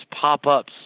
pop-ups